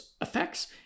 effects